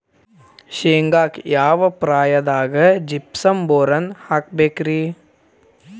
ಶೇಂಗಾಕ್ಕ ಯಾವ ಪ್ರಾಯದಾಗ ಜಿಪ್ಸಂ ಬೋರಾನ್ ಹಾಕಬೇಕ ರಿ?